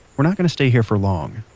we're not going to stay here for long,